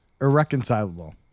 Irreconcilable